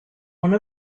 one